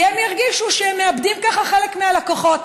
כי הם ירגישו שהם מאבדים ככה חלק מהלקוחות.